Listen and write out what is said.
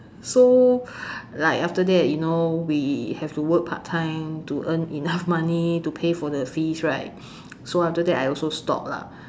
so like after that you know we have to work part time to earn enough money to pay for the fees right so after that I also stop lah